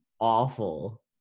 awful